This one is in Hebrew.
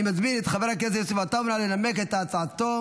אני מזמין את חבר הכנסת יוסף עטאונה לנמק את הצעתו.